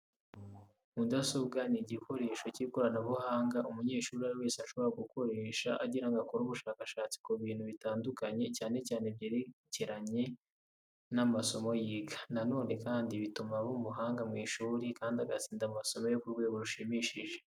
Mudasobwa ni igikoresho cy'ikoranabuhanga umunyeshuri uwo ari we wese ashobora gukoresha agira ngo akore ubushakashatsi ku bintu bitandukanye cyane cyane byerekeranye n'amasomo yiga. Nanone kandi bituma aba umuhanga mu ishuri kandi agatsinda amasomo ye ku rwego rushimishije.